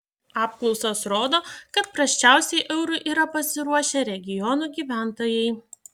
apklausos rodo kad prasčiausiai eurui yra pasiruošę regionų gyventojai